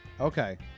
Okay